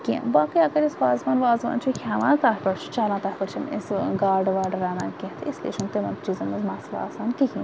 کینٛہہ باقٕے اگر أسۍ وازوان وازوان چھِ کھیٚوان تَتھ پٮ۪ٹھ چھُ چَلان تَتھ پٮ۪ٹھ چھِ نہٕ أسۍ گاڈٕ واڈٕ رَنان کینٛہہ اِس لیے چھُ نہِ تِمَن چیٖزَن مَنٛز مَثلہٕ آسان کِہیٖنۍ